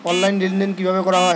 Online লেনদেন কিভাবে করা হয়?